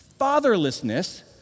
fatherlessness